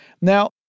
Now